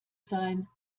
sein